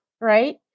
right